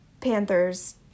panthers